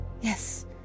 Yes